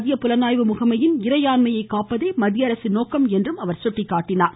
மத்திய புலனாய்வு முகமையின் இறையாண்மையை காப்பதே மத்திய அரசின் நோக்கம் என்றும் கூறினார்